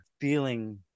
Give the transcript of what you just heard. feeling